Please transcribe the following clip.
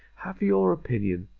have your opinion,